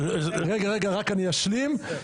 אני רק אשלים.